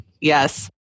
yes